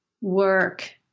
work